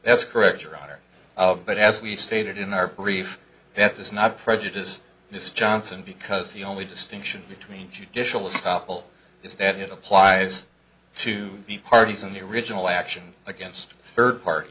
that's correct your honor but as we stated in our brief that does not prejudice this johnson because the only distinction between judicial stoppel is that it applies to the parties in the original action against third part